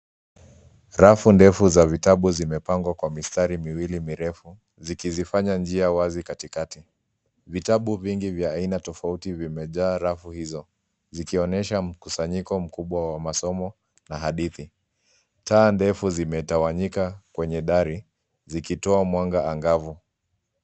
Rafu ndefu za vitabu zimepangwa kwa mistari miwili mirefu zikizifanya njia wazi katikati. Vitabu vingi vya aina tofauti vimejaa rafu hizo zikionyesha mkusanyiko mkubwa wa masomo na hadithi. Taa ndefu zimetawanyika kwenye dari zikitoa mwanga angavu.